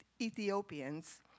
Ethiopians